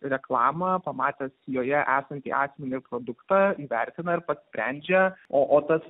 reklamą pamatęs joje esantį akmenį produktą vertina ir pats sprendžia o o tas